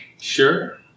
Sure